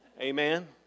Amen